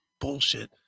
Bullshit